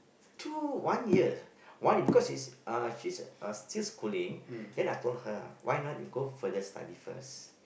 two one year one year because she's uh she's uh still schooling then I told her why not you go further studies first